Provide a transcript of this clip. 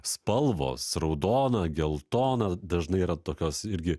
spalvos raudona geltona dažnai yra tokios irgi